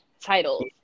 titles